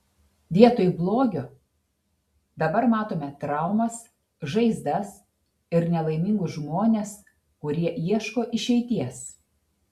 vietoj blogio dabar matome traumas žaizdas ir nelaimingus žmones kurie ieško išeities